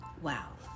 wow